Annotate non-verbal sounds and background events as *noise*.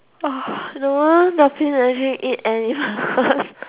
*noise* no ah dolphin actually eat animals *laughs*